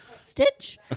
Stitch